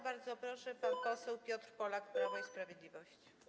Bardzo proszę, pan poseł Piotr Polak, Prawo i Sprawiedliwość.